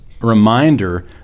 reminder